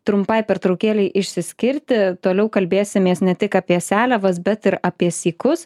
trumpai pertraukėlei išsiskirti toliau kalbėsimės ne tik apie seliavas bet ir apie sykus